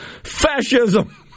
Fascism